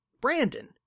Brandon